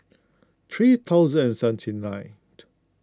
three thousand and seventy ninth